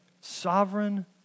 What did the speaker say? Sovereign